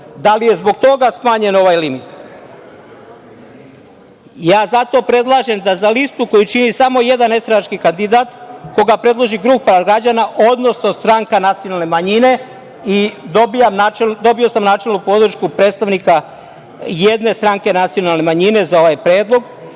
Da li je zbog toga smanjen ovaj limit? Zato predlažem da za listu koju čini samo jedan nestranački kandidat, koga predloži grupa građana, odnosno stranka nacionalne manjine, dobio sam načelnu podršku predstavnika jedne stranke nacionalne manjine za ovaj predlog,